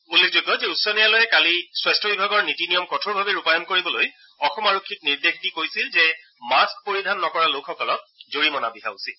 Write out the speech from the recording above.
উল্লেখযোগ্য যে উচ্চ ন্যায়ালয়ে কালি স্বাস্থ্য বিভাগৰ নীতি নিয়ম কঠোৰভাৱে ৰূপায়ণ কৰিবলৈ অসম আৰক্ষীক নিৰ্দেশ দি কৈছিল যে মাস্থ পৰিধান নকৰা লোকসকলক জৰিমনা বিহা উচিত